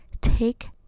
take